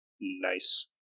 Nice